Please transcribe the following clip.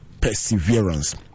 perseverance